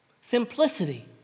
Simplicity